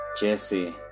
Jesse